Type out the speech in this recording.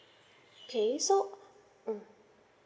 okay so mm